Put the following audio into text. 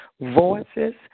voices